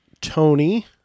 Tony